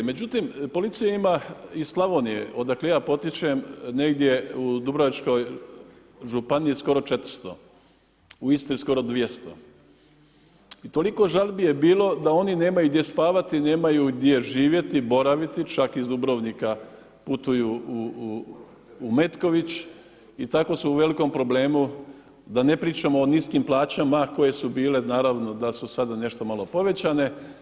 Međutim, policija ima iz Slavonije odakle ja potičem negdje u Dubrovačkoj županiji skoro 400 u Istri skoro 200 i toliko žalbi je bilo da oni nemaju gdje spavati, nemaju gdje živjeti, boraviti čak iz Dubrovnika putuju u Metković i tako su u velikom problemu, da ne pričamo o niskim plaćama koje su bile naravno da su sada nešto malo povećane.